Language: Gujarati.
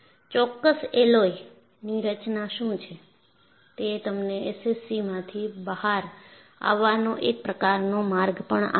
ચોક્કસ એલોયની રચના શું છે તે તમને SCCમાંથી બહાર આવવાનો એક પ્રકારનો માર્ગ પણ આપે છે